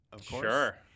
Sure